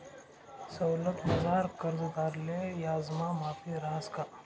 सवलतमझार कर्जदारले याजमा माफी रहास का?